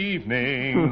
Evening